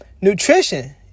nutrition